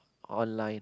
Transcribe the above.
online